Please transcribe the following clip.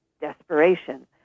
desperation